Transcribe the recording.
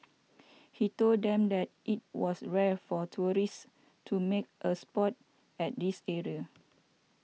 he told them that it was rare for tourists to make a spot at this area